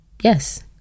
Yes